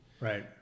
Right